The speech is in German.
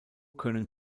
können